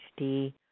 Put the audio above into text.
HD